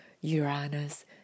Uranus